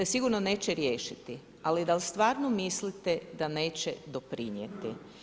Sigurno neće riješiti ali dal' stvarno mislite da neće doprinijeti?